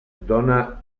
dóna